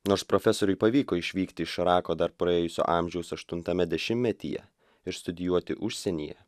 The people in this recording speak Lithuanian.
nors profesoriui pavyko išvykti iš irako dar praėjusio amžiaus aštuntame dešimtmetyje ir studijuoti užsienyje